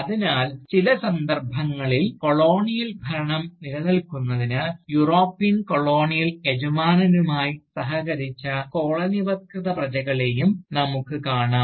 അതിനാൽ ചില സന്ദർഭങ്ങളിൽ കൊളോണിയൽ ഭരണം നിലനിൽക്കുന്നതിന് യൂറോപ്യൻ കൊളോണിയൽ യജമാനനുമായി സഹകരിച്ച് കോളനിവത്കൃത പ്രജകളെയും നമുക്ക് കാണാം